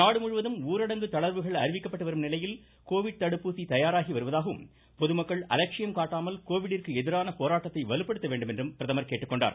நாடு முழுவதும் ஊரடங்கு தளர்வுகள் அறிவிக்கப்பட்டுவரும்நிலையில் கோவிட் தடுப்பூசி தயாராகி வருவதாகவும் பொதுமக்கள் அலட்சியம் காட்டாமல் கோவிடிற்கு எதிரான போராட்டத்தை வலுப்படுத்த வேண்டுமென்றும் பிரதமர் கேட்டுக்கொண்டார்